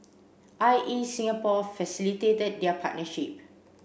I E Singapore facilitated their partnership